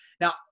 Now